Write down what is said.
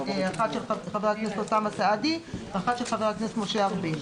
אחת של חבר הכנסת אוסאמה סעדי ואחת של חבר הכנסת משה ארבל.